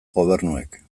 gobernuek